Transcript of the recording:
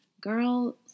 Girls